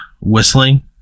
whistling